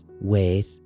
Wait